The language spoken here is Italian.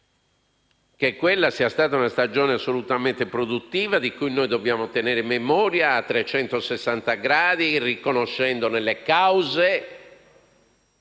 che quella sia stata una stagione assolutamente produttiva di cui dobbiamo tenere memoria a 360 gradi, riconoscendo le cause